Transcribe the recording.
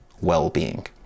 well-being